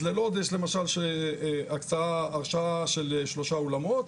אז ללוד יש למשל הראשה של שלושה אולמות,